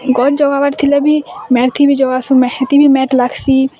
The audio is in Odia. ଗଛ୍ ଜାଗାବାର୍ ଥିଲେ ବି ମ୍ୟାଟ୍ ଥି ବି ଜଗାସୁଁ ହେଥି ବି ମ୍ୟାଟ୍ ଲାଗ୍ସି